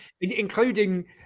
Including